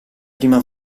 prima